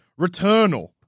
Returnal